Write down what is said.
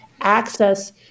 access